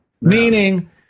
meaning